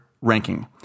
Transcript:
ranking